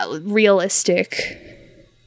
realistic